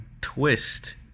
twist